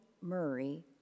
Murray